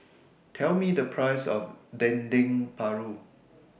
Tell Me The Price of Dendeng Paru